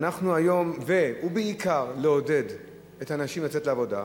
ואנחנו היום ובעיקר לעודד את הנשים לצאת לעבודה.